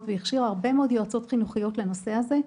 והכשירה הרבה מאוד יועצות חינוכיות לנושא הזה.